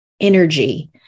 energy